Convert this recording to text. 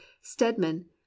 stedman